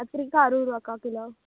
கத்திரிக்காய் அறுபது ரூபாக்கா கிலோ